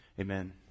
Amen